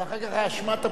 לא לא, לא תיפול.